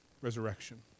resurrection